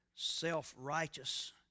self-righteous